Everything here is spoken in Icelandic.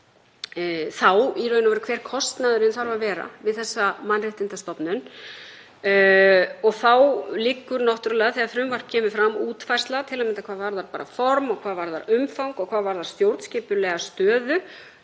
lengra í að meta hver kostnaðurinn þarf að vera við þessa mannréttindastofnun. Þá liggur náttúrlega fyrir, þegar frumvarp kemur fram, útfærsla, til að mynda hvað varðar form og hvað varðar umfang og hvað varðar stjórnskipulega stöðu.